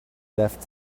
left